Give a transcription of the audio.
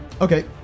Okay